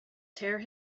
tear